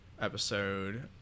episode